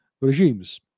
regimes